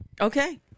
Okay